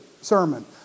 sermon